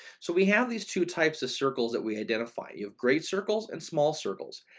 so we have these two types of circles that we identify, you have great circles and small circles.